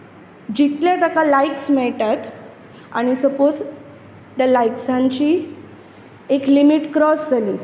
जितले ताका लायक्स मेळटात आनी सपोज त्या लायक्सांची एक लिमीट क्रॉस जाली